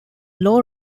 law